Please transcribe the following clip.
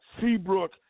Seabrook